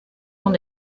dans